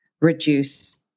reduce